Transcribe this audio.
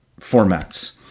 formats